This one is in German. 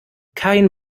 kein